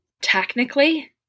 technically